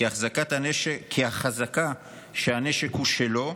החזקה היא שהנשק הוא שלו.